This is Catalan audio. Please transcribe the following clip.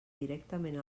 directament